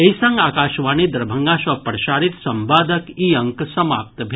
एहि संग आकाशवाणी दरभंगा सँ प्रसारित संवादक ई अंक समाप्त भेल